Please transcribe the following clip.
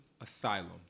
Asylum